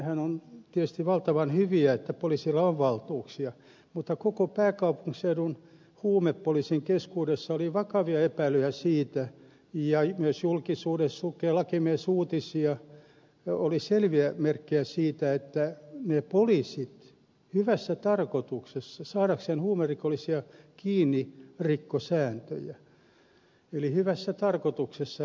sehän on tietysti valtavan hyvä että poliisilla on valtuuksia mutta koko pääkaupunkiseudun huumepoliisin keskuudessa oli vakavia epäilyjä siitä ja myös julkisuudessa jos lukee lakimiesuutisia oli selviä merkkejä siitä että ne poliisit hyvässä tarkoituksessa saadakseen huumerikollisia kiinni rikkoivat sääntöjä hyvässä tarkoituksessa